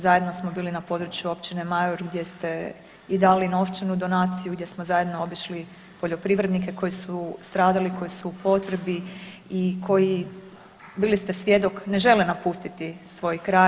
Zajedno smo bili na području općine Majur gdje ste i dali novčanu donaciju, gdje smo zajedno obišli poljoprivrednike koji su stradali koji su u potrebi i koji bili ste svjedok ne žele napustiti svoj kraj.